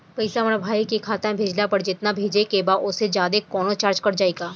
पैसा हमरा भाई के खाता मे भेजला पर जेतना भेजे के बा औसे जादे कौनोचार्ज कट जाई का?